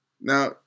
Now